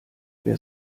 wer